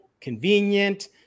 convenient